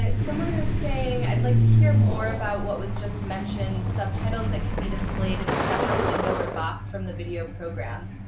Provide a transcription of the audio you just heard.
someone is saying, i'd like to hear more about what was just mentioned subtitles that can be displayed in a separate window or box from the video program.